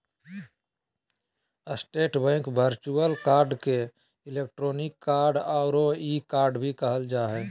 state Bank virtual card के electronic card औरो e card भी कहल जा हइ